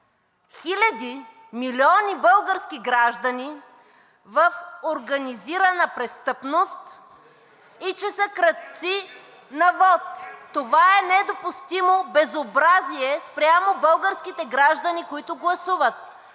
хиляди, милиони български граждани в организирана престъпност и че са крадци на вот. Това е недопустимо безобразие спрямо българските граждани, които гласуват.